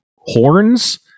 horns